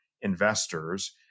investors